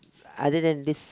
other than this